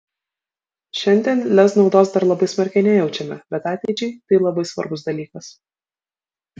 šiandien lez naudos dar labai smarkiai nejaučiame bet ateičiai tai labai svarbus dalykas